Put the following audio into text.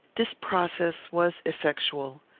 this process was effectual.